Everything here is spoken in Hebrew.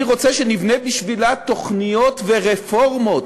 אני רוצה שנבנה בשבילה תוכניות ורפורמות